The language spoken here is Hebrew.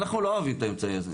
אנחנו לא אוהבים את האמצעי הזה,